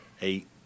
eight